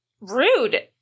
Rude